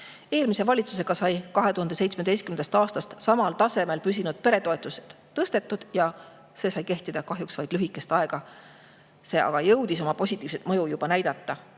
Eelmises valitsuses sai 2017. aastast samal tasemel püsinud peretoetust tõstetud, mis kahjuks kehtis vaid lühikest aega, kuigi jõudis oma positiivset mõju juba näidata.